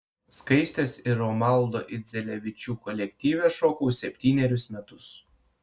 skaistės ir romaldo idzelevičių kolektyve šokau septynerius metus